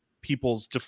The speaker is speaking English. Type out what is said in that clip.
people's